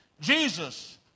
Jesus